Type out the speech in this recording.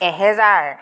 এহেজাৰ